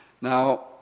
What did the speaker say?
Now